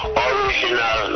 original